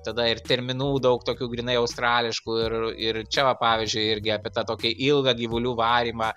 tada ir terminų daug tokių grynai australiškų ir ir čia va pavyzdžiui irgi apie tą tokį ilgą gyvulių varymą